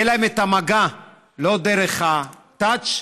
שיהיה להם המגע לא דרך הטאץ',